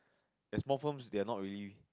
there's more firms that are not ready